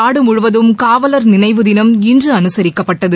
நாடு முழுவதும் காவலர் நினைவு தினம் இன்று அனுசரிக்கப்பட்டது